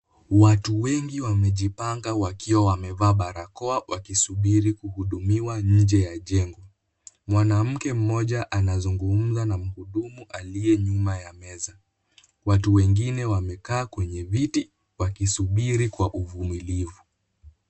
Watu wengi wamejipanga wakiwa wamevaa barakoa wakisubiri kuhudumiwa nje ya jengo. Mwanamke mmoja anazungumza na mhudumu aliye nyuma ya meza. Watu wengine wamekaa kwenye viti wakisubiri kwa uvumilivu.